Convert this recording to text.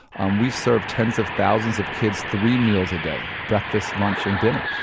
and we served tens of thousands of kids three meals a day breakfast, lunch and dinner.